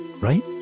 Right